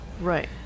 Right